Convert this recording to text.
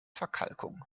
verkalkung